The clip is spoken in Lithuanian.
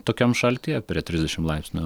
tokiam šaltyje prie trisdešim laipsnių